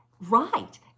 right